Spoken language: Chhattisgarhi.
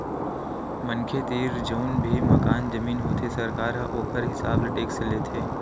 मनखे तीर जउन भी मकान, जमीन होथे सरकार ह ओखर हिसाब ले टेक्स लेथे